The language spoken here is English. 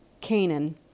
Canaan